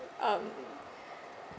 um